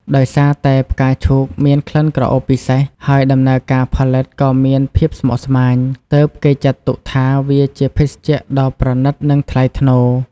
ដោយសារតែផ្កាឈូកមានក្លិនក្រអូបពិសេស ហើយដំណើរការផលិតក៏មានភាពស្មុគស្មាញ ទើបគេចាត់ទុកថាវាជាភេសជ្ជៈដ៏ប្រណីតនិងថ្លៃថ្នូរ។